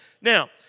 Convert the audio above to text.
Now